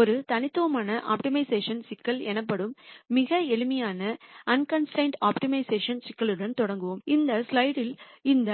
ஒரு தனித்துவமான ஆப்டிமைசேஷன் சிக்கல் எனப்படும் மிக எளிமையான அன்கன்ஸ்டிரெயின்டு ஆப்டிமைசேஷன் சிக்கலுடன் தொடங்குவோம் இந்த ஸ்லைடில் இந்த